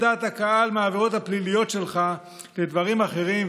דעת הקהל מהעבירות הפליליות שלך לדברים אחרים,